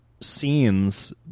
scenes